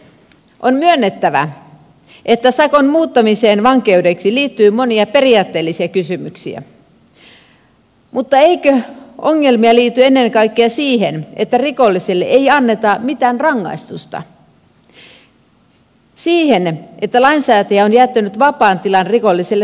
on myönnettävä että sakon muuttamiseen vankeudeksi liittyy monia periaatteellisia kysymyksiä mutta eikö ongelmia liity ennen kaikkea siihen että rikollisille ei anneta mitään rangaistusta siihen että lainsäätäjä on jättänyt vapaan tilan rikollisille toimia